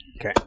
Okay